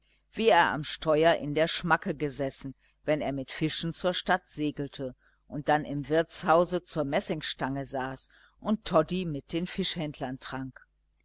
wie er am steuer in der schmacke gesessen wenn er mit fischen zur stadt segelte und dann im wirtshause zur messingstange saß und toddy mit den fischhändlern trank